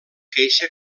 queixa